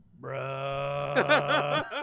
Bruh